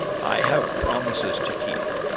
i have promises to keep,